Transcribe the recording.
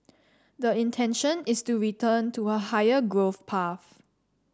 the intention is to return to a higher growth path